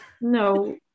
no